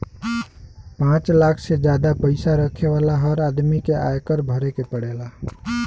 पांच लाख से जादा पईसा रखे वाला हर आदमी के आयकर भरे के पड़ेला